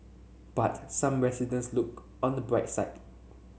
but some residents look on the bright side